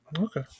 okay